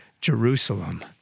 Jerusalem